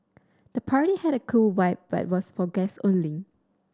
the party had a cool vibe but was for guests only